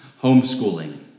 homeschooling